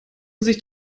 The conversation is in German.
sich